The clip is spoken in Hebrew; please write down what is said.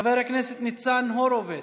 חבר הכנסת ניצן הורוביץ,